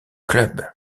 club